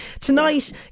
tonight